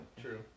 True